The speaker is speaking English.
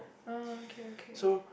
oh okay okay